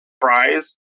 fries